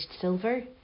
silver